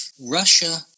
Russia